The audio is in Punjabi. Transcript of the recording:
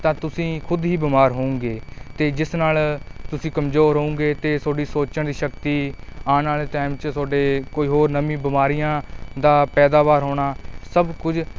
ਤਾਂ ਤੁਸੀਂ ਖੁਦ ਹੀ ਬਿਮਾਰ ਹੋਵੋਗੇ ਅਤੇ ਜਿਸ ਨਾਲ ਤੁਸੀਂ ਕਮਜ਼ੋਰ ਹੋਵੋਗੇ ਅਤੇ ਤੁਹਾਡੀ ਸੋਚਣ ਦੀ ਸ਼ਕਤੀ ਆਉਣ ਵਾਲੇ ਟਾਈਮ 'ਚ ਤੁਹਾਡੇ ਕੋਈ ਹੋਰ ਨਵੀਆਂ ਬਿਮਾਰੀਆਂ ਦਾ ਪੈਦਾਵਾਰ ਹੋਣਾ ਸਭ ਕੁਝ